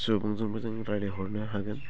सुबुंजोंबो जों रायलायहरनो हागोन